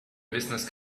business